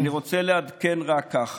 אני רוצה לעדכן כך.